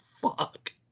fuck